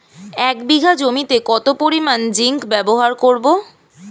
এক বিঘা জমিতে কত পরিমান জিংক ব্যবহার করব?